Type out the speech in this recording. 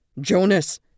Jonas